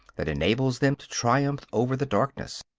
that enables them to triumph over the darkness.